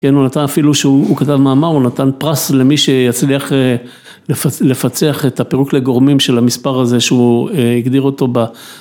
הוא נתן אפילו שהוא כתב מאמר הוא נתן פרס למי שיצליח לפצח את הפירוק לגורמים של המספר הזה שהוא הגדיר אותו